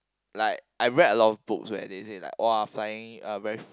like I read a lot of books where they say like !wah! flying a very